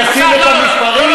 זה לא מה שאמרתי.